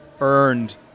earned